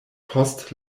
post